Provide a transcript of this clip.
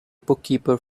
bookkeeper